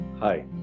Hi